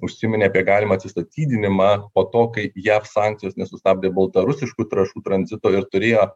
užsiminė apie galimą atsistatydinimą po to kai jav sankcijos nesustabdė baltarusiškų trąšų tranzito ir turėjo